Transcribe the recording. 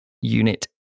unit